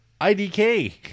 IDK